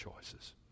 choices